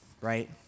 right